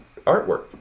artwork